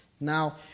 Now